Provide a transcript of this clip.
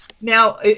Now